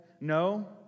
No